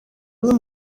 rumwe